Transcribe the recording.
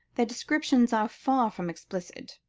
their descriptions are far from explicit.